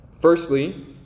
Firstly